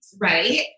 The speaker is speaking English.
right